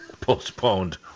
postponed